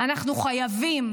אנחנו חייבים,